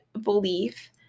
belief